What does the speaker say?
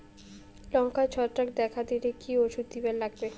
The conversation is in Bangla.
লঙ্কায় ছত্রাক দেখা দিলে কি ওষুধ দিবার লাগবে?